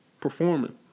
performing